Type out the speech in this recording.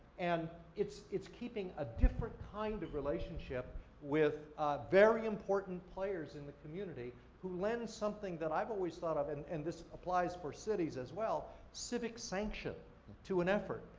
and, it's it's keeping a different kind of relationship with very important players in the community who lend something, that i've always thought of, and and this applies for cities as well, civic sanction to an effort.